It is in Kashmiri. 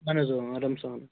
اَہَن حظ آرام سان